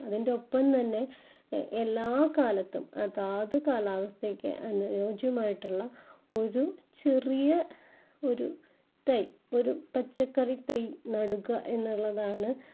അതിന്റൊപ്പം തന്നെ എല്ലാ കാലത്തും അതാത് കാലാവസ്ഥക്ക് അനുയോജ്യമായിട്ടുള്ള ഒരു ചെറിയ ഒരു തൈ ഒരു പച്ചക്കറി തൈ നടുക എന്നുള്ളതാണ്